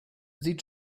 sieht